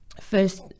first